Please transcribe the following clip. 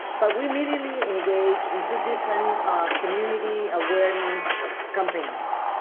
but we immediately engage in two different community awareness campaigns.